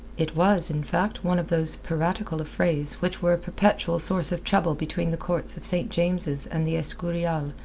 it was, in fact, one of those piratical affrays which were a perpetual source of trouble between the courts of st. james's and the escurial,